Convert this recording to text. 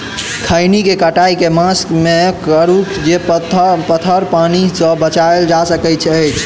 खैनी केँ कटाई केँ मास मे करू जे पथर पानि सँ बचाएल जा सकय अछि?